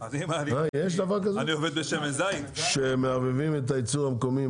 יש דבר כזה שמערבבים את הייצור המקומי עם